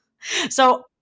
So-